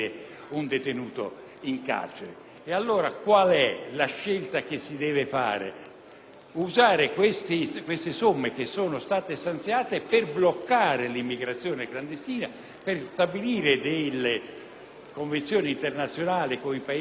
usare le somme che sono state stanziate per bloccare l'immigrazione clandestina, per stabilire convenzioni internazionali con i Paesi da cui queste persone migrano e per aiutarle a rimanere nei luoghi da cui provengono.